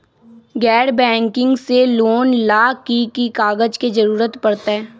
गैर बैंकिंग से लोन ला की की कागज के जरूरत पड़तै?